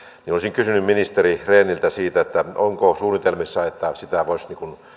niin olisin kysynyt ministeri rehniltä siitä onko suunnitelmissa että sitä voisi